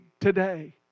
today